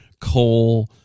coal